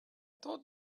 thought